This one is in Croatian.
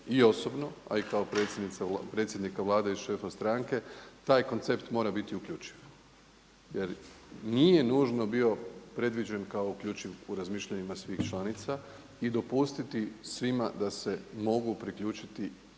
i osobno, a i kao predsjednika Vlade i šefa stranke taj koncept mora biti uključiv. Jer nije nužno bio predviđen kao uključiv u razmišljanjima svih članica i dopustiti svima da se mogu priključiti